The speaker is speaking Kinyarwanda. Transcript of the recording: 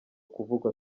kuvugwa